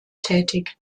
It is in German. tätig